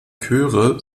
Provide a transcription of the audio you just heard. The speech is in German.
chöre